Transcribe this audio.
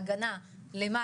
מה העלויות להגנה למעלה,